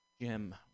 Jim